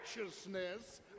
righteousness